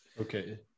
Okay